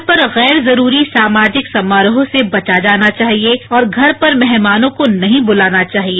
घर पर गैर जरूरी सामाजिक समारोह से बचा जाना चाहिए और घर पर मेहमानों को नहीं बुलाना चाहिए